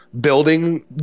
building